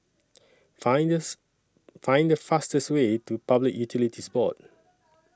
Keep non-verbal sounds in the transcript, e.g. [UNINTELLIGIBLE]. [UNINTELLIGIBLE] Find The fastest Way to Public Utilities Board